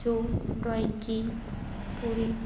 जो ड्राॅइंग की पूरी